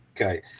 okay